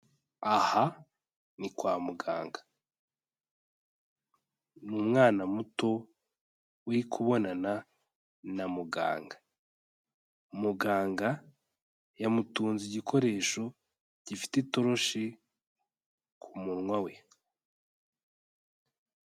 Aha ni kwa muganga. Ni umwana muto uri kubonana na muganga. Muganga yamutunze igikoresho gifite itoroshi ku munwa we.